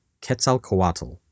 Quetzalcoatl